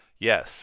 Yes